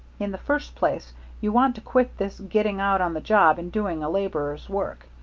in the first place you want to quit this getting out on the job and doing a laborer's work.